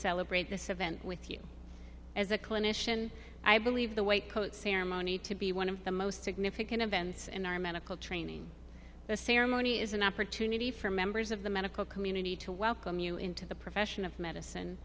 celebrate this event with you as a clinician i believe the white coat ceremony to be one of the most significant events in our medical training the ceremony is an opportunity for members of the medical community to welcome you into the profession of medicine